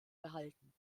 behalten